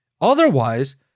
Otherwise